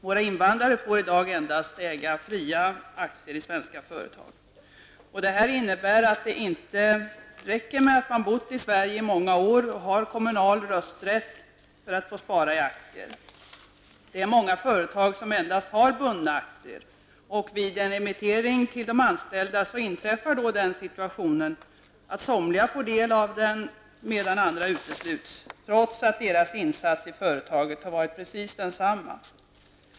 Våra invandrare får i dag endast äga fria aktier i svenska företag. Detta innebär att det inte räcker med att man bott i Sverige i många år och har kommunal rösträtt för att man skall få spara i aktier. Många företag har endast bundna aktier, och vid en emittering till de anställda inträffar då den situationen att somliga får del av den medan andra utesluts, trots att deras insats i företaget har varit precis densamma.